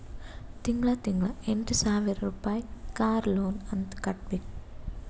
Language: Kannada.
ತಿಂಗಳಾ ತಿಂಗಳಾ ಎಂಟ ಸಾವಿರ್ ರುಪಾಯಿ ಕಾರ್ ಲೋನ್ ಅಂತ್ ಕಟ್ಬೇಕ್